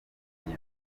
maze